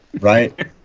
Right